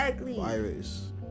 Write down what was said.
virus